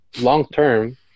long-term